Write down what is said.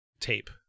tape